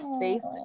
face